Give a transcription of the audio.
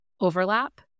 overlap